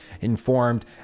informed